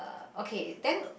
okay then